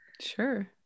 Sure